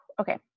Okay